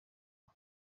aha